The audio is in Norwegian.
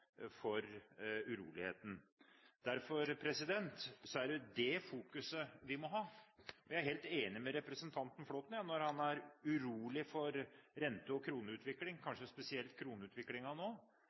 til uroligheten. Derfor er det det fokuset vi må ha. Jeg er helt enig med representanten Flåtten når han nå er urolig for rente- og